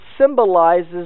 symbolizes